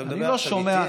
אתה מדבר עכשיו איתי.